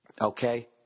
Okay